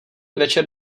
večer